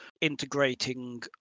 integrating